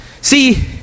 See